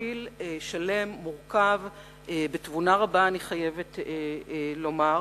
תבשיל שלם, שבושל, אני חייבת לומר,